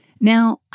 Now